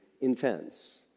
intense